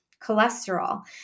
Cholesterol